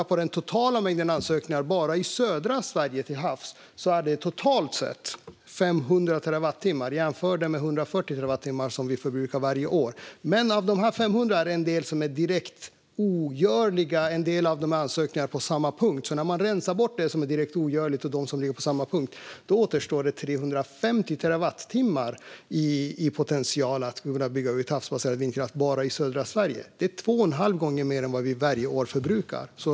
Den totala mängden ansökningar för vindkraft till havs handlar bara i södra Sverige om 500 terawattimmar. Det kan jämföras med de 140 terawattimmar som vi förbrukar varje år. Men av dessa 500 är en del direkt ogörliga, och en del av dem gäller ansökningar för samma punkt. Om man rensar bort dessa återstår 350 terawattimmar som vi potentiellt skulle få ut bara genom att bygga ut havsbaserad vindkraft i södra Sverige. Det är två och en halv gång mer än vad vi förbrukar varje år.